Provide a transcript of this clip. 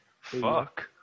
Fuck